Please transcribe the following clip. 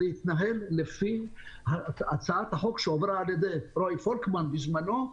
להתנהל לפי הצעת החוק שעברה על ידי רועי פולקמן בזמנו,